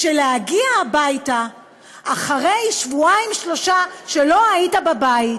של להגיע הביתה אחרי שבועיים-שלושה שלא היית בבית,